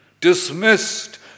Dismissed